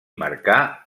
marcà